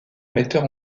metteur